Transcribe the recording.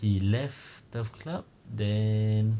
he left turf club then